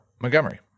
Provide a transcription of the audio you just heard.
Montgomery